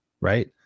right